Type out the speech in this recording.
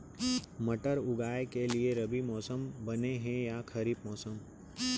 मटर उगाए के लिए रबि मौसम बने हे या खरीफ मौसम?